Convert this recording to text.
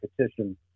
petition